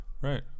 right